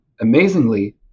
amazingly